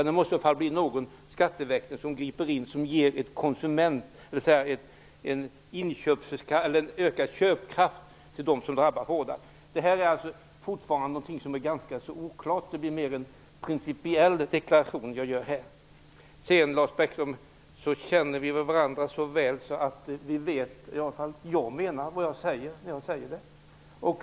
Det måste i så fall bli en skatteväxling som ger en ökad köpkraft för dem som drabbas hårdast. Detta är fortfarande ganska oklart. Det är mer en principiell deklaration som jag gör här. Sedan, Lars Bäckström, känner vi väl varandra så väl att Lars Bäckström vet att jag menar det som jag säger.